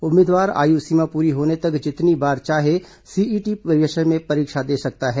उम्मीदवार आयु सीमा पूरी होने तक जितनी बार चाहे सीईटी विषय में परीक्षा दे सकता है